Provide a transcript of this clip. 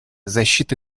защита